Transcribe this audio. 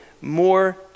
more